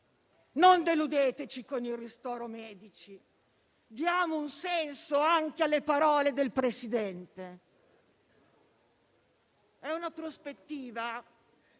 Non deludeteci con il ristoro dei medici, diamo un senso anche alle parole del Presidente. È una prospettiva